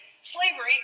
Slavery